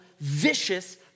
vicious